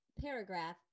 paragraph